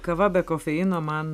kava be kofeino man